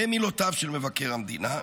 במילותיו של מבקר המדינה,